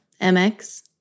MX